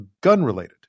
gun-related